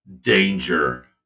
danger